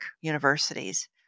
universities